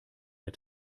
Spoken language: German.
der